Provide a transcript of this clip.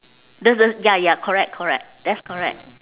there's a ya ya correct correct that's correct